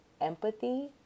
empathy